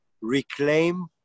reclaim